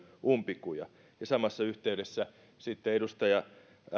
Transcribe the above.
umpikuja ja samassa yhteydessä sitten edustaja